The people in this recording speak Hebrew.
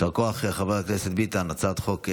יישר כוח, חבר הכנסת ביטן, הצעת חוק חשובה.